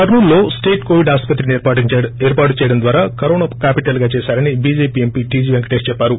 కర్నూలులో state covid ఆసుపత్రి ఏర్పాటు చేయడం ద్వారా కరోన కాపిటల్గా చేశారని బిజెపీ ఎంపీ టీజీ పెంకటేష్ చెప్పారు